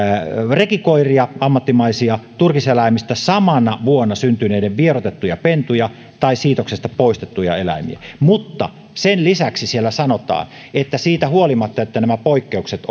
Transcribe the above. rekikoiria ammattimaisilla tarhoilla turkiseläimistä samana vuonna syntyneitä vieroitettuja pentuja tai siitoksesta poistettuja eläimiä mutta sen lisäksi siellä sanotaan että siitä huolimatta että on nämä poikkeukset